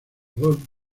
dos